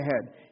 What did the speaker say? ahead